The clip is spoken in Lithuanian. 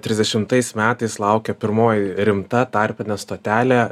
trisdešimtais metais laukia pirmoji rimta tarpinė stotelė